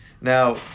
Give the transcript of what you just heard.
Now